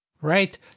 Right